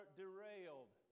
derailed